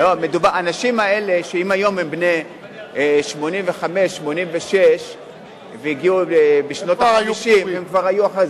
האנשים האלה שאם היום הם בני 85 86 והגיעו בשנות ה-50 הם כבר היו אחרי,